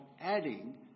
adding